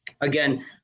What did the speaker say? Again